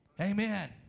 Amen